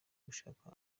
gushaka